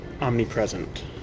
omnipresent